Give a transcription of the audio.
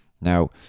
now